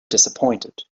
disappointed